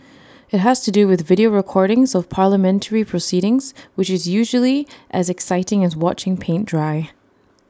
IT has to do with video recordings of parliamentary proceedings which is usually as exciting as watching paint dry